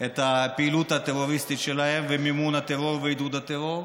את הפעילות הטרוריסטית שלהם ואת מימון הטרור ועידוד הטרור,